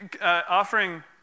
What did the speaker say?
offering